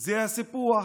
זה הסיפוח.